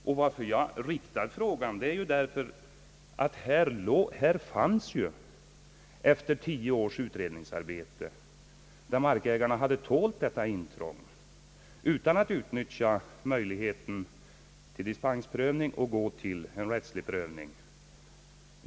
Orsaken till att jag framställt frågan var att markägarna under tio års utredningsarbete hade tålt detta intrång utan att utnyttja möjligheten till dispensprövning och gå till rättslig prövning.